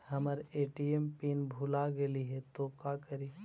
हमर ATM pin भूला गेली हे, तो का करि?